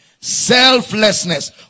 Selflessness